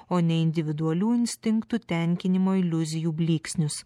o ne individualių instinktų tenkinimo iliuzijų blyksnius